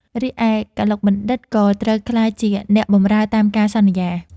រីឯ កឡុកបណ្ឌិត្យ ក៏ត្រូវក្លាយជាអ្នកបម្រើតាមការសន្យា ។